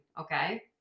Okay